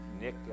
Nick